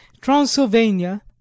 transylvania